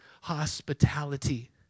hospitality